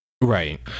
Right